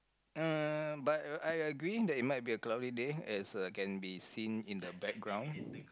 uh but I agree that it might be a cloudy day as uh can be seen in the background